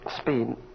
Speed